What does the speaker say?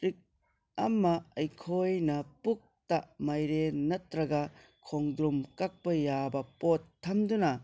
trick ꯑꯃ ꯑꯩꯈꯣꯏꯅ ꯄꯨꯛꯇ ꯃꯥꯏꯔꯦꯟ ꯅꯠꯇ꯭ꯔꯒ ꯈꯣꯡꯗ꯭ꯔꯨꯝ ꯀꯛꯄ ꯌꯥꯕ ꯄꯣꯠ ꯊꯝꯗꯨꯅ